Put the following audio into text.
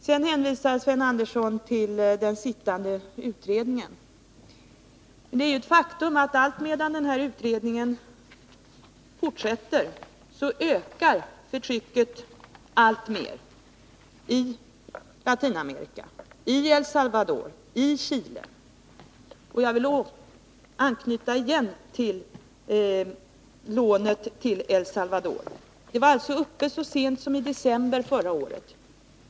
Vidare hänvisar Sven Andersson till den sittande utredningen, men det är ett faktum att allt medan utredningen fortgår ökar förtrycket i El Salvador och i Chile. Jag vill återigen anknyta till frågan om lånet till E1 Salvador. Den var uppe till behandling i banken så sent som i december förra året.